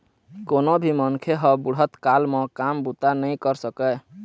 कोनो भी मनखे ह बुढ़त काल म काम बूता नइ कर सकय